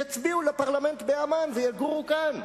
יצביעו לפרלמנט בעמאן ויגורו כאן.